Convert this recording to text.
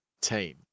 team